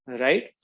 right